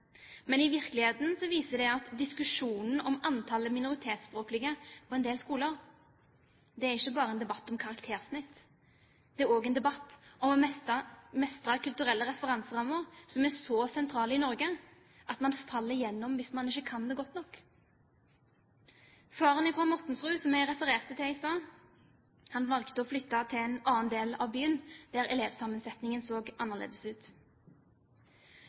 I virkeligheten viser det at diskusjonen om antallet minoritetsspråklige på en del skoler ikke bare er en debatt om karaktersnitt, men også en debatt om å mestre kulturelle referanserammer som er så sentrale i Norge at man faller igjennom hvis man ikke kan det godt nok. Faren fra Mortensrud, som jeg refererte til i stad, valgte å flytte til en annen del av byen der elevsammensetningen så annerledes ut.